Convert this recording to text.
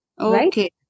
Okay